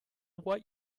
what